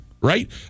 right